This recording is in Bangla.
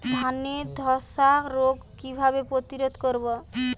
ধানে ধ্বসা রোগ কিভাবে প্রতিরোধ করব?